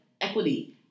equity